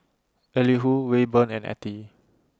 Elihu Rayburn and Ethie